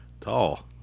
tall